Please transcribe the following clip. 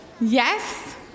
Yes